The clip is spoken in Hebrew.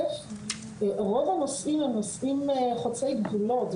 רוב הנושאים הם נושאים חוצי גבולות,